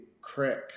crack